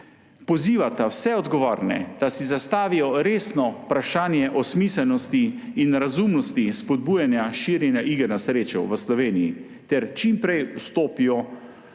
pozivata vse odgovorne, da si zastavijo resno vprašanje o smiselnosti in razumnosti spodbujanja širjenja iger na srečo v Sloveniji ter čim prej vzpostavijo